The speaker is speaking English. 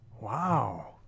Wow